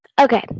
Okay